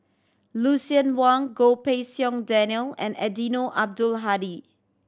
Lucien Wang Goh Pei Siong Daniel and Eddino Abdul Hadi